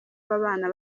ababana